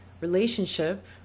relationship